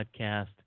podcast